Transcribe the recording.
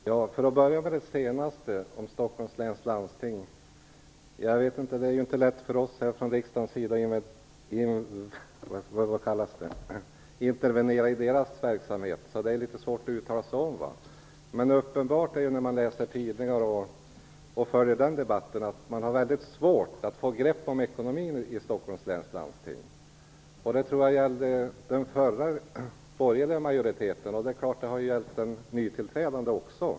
Herr talman! Jag börjar med det som nämndes sist - Stockholms läns landsting. Det är inte lätt för oss från riksdagens sida att intervenera i deras verksamhet. Därför är det litet svårt att uttala sig om det här. Av debatten i tidningarna framgår att det är uppenbart att man har mycket svårt att få grepp om ekonomin i Stockholms läns landsting. Det tror jag gällde den förra borgerliga majoriteten, och det gäller även den nytillträdda majoriteten.